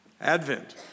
Advent